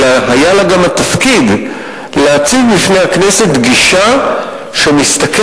אלא היה לה גם התפקיד להציג בפני הכנסת גישה שמסתכלת